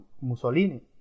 Mussolini